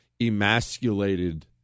emasculated